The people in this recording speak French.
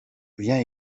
viens